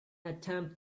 attempt